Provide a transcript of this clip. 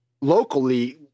locally